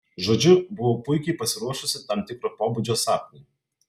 žodžiu buvau puikiai pasiruošusi tam tikro pobūdžio sapnui